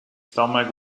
stomach